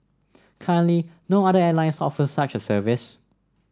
currently no other airlines offer such a service